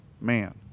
man